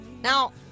Now